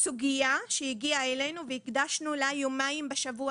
סוגיה שהגיעה אלינו והקדשנו לה יומיים שלמים בשבוע,